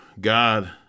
God